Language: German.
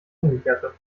umgekehrte